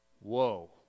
Whoa